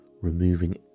removing